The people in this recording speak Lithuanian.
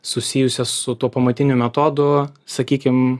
susijusią su tuo pamatiniu metodu sakykim